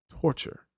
torture